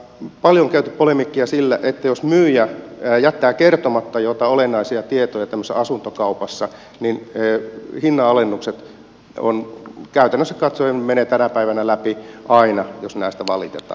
paljon on käyty polemiikkia siitä että jos myyjä jättää kertomatta joitain olennaisia tietoja tämmöisessä asuntokaupassa niin hinnanalennukset käytännöllisesti katsoen menevät tänä päivänä läpi aina jos näistä valitetaan